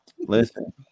Listen